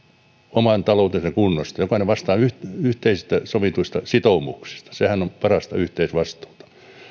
oman taloutensa kunnosta jokainen vastaa yhteisesti sovituista sitoumuksista sehän on parasta yhteisvastuuta